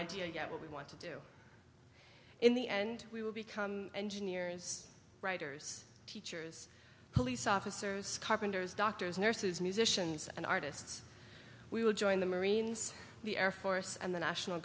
idea yet what we want to do in the end we will become engineers writers teachers police officers carpenters doctors nurses musicians and artists we will join the marines the air force and the national